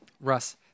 Russ